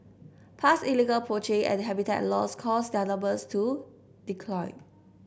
past illegal poaching and habitat loss caused their numbers to decline